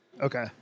Okay